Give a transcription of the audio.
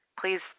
please